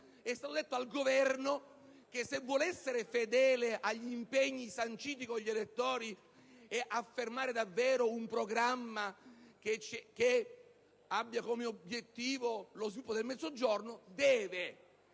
è stato detto al Governo che se vuole essere fedele agli impegni sanciti con gli elettori e affermare davvero un programma che abbia come obiettivo lo sviluppo del Mezzogiorno deve